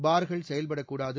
பார்கள் செயல்படக்கூடாது